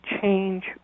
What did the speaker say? change